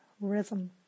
rhythm